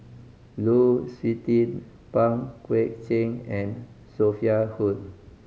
Lu Suitin Pang Guek Cheng and Sophia Hull